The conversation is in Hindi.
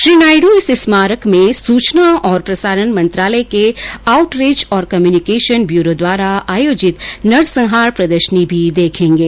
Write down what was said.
श्री नायडू इस स्मारक में सूचना और प्रसारण मंत्रालय के आउटरीच और कम्युनिकेशन ब्यूरो द्वारा आयोजित नरसंहार प्रदर्शनी भी देखेंगे